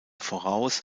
voraus